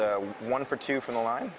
is one for two from the line